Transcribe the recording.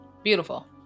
Beautiful